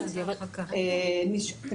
אני